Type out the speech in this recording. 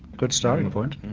good starting point.